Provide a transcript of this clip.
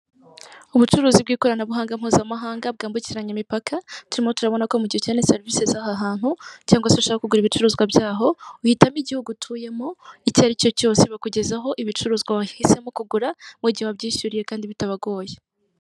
Ubucuruzi bw'ikoranabuhanga bwambukiranya imipaka turimo turabona ko mu gihe ukeneye serivisi z'aha hantu cyangwa se ushaka kugura ibicuruzwa by'aho, uhitamo igihugu utuyemo icyo ari cyo cyose bakugezaho ibicuruzwa wahisemo kugura mu gihe wabyishyuriye kandi bitabagoye.